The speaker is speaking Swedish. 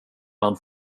man